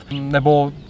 nebo